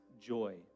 joy